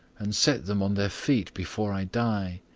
and set them on their feet before i die.